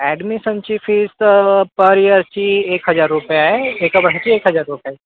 ॲडमिसनची fees per इअरची एक हजार रुपये आहे एका वर्षाची एक हजार रुपये